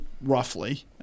roughly